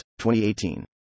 2018